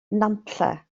nantlle